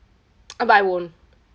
uh but I won't